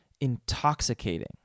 intoxicating